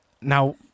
now